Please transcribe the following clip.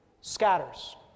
scatters